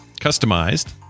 customized